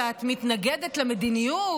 ואת מתנגדת למדיניות,